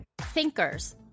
Thinkers